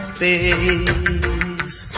face